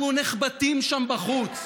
אנחנו נחבטים שם בחוץ.